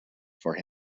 for